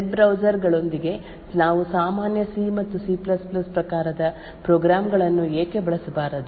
web browser ಗಳೊಂದಿಗೆ ನಾವು ಸಾಮಾನ್ಯ ಸಿ ಮತ್ತು ಸಿ C ಪ್ರಕಾರದ ಪ್ರೋಗ್ರಾಂ ಗಳನ್ನು ಏಕೆ ಬಳಸಬಾರದು